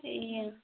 ए